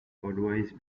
always